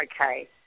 okay